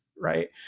Right